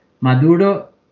Maduro